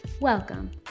welcome